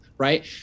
right